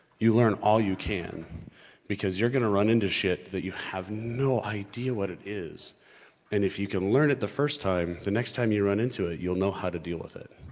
you learn all you can because you're gonna run into shit that you have no idea what it is and if you can learn it the first time the next time you run into it, you'll know how to deal with it.